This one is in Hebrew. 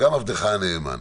וגם עבדך הנאמן.